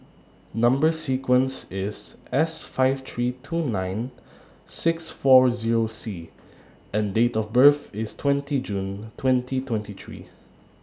Number sequence IS S five three two nine six four Zero C and Date of birth IS twenty June twenty twenty three